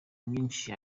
myinshi